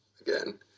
again